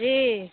जी